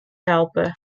helpe